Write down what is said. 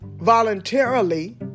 voluntarily